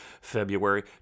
February